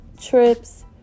trips